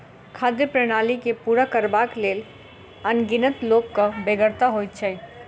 खाद्य प्रणाली के पूरा करबाक लेल अनगिनत लोकक बेगरता होइत छै